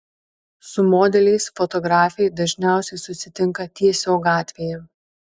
su modeliais fotografė dažniausiai susitinka tiesiog gatvėje